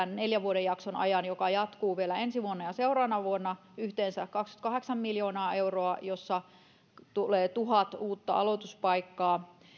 neljän vuoden jakson ajan joka jatkuu vielä ensi vuonna ja seuraavana vuonna yhteensä kaksikymmentäkahdeksan miljoonaa euroa jolla tulee tuhat uutta aloituspaikkaa